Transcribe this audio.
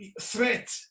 threat